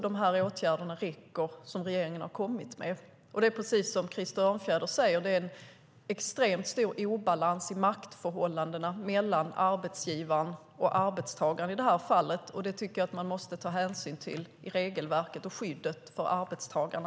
De åtgärder som regeringen har kommit med räcker inte. Det är, precis som Krister Örnfjäder säger, en extremt stor obalans i maktförhållandet mellan arbetsgivaren och arbetstagaren i det här fallet. Det tycker jag att man måste ta hänsyn till i regelverket och skyddet för arbetstagarna.